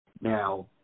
Now